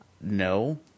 No